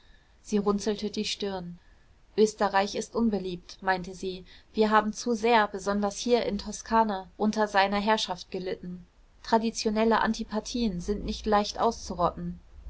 sie runzelte die stirn österreich ist unbeliebt meinte sie wir haben zu sehr besonders hier in toskana unter seiner herrschaft gelitten traditionelle antipathien sind nicht leicht auszurotten